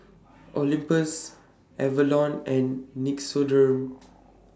Olympus Avalon and Nixoderm